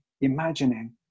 imagining